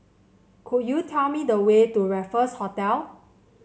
could you tell me the way to Raffles Hotel